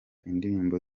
indirimbo